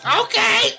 Okay